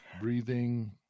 breathing